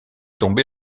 tombé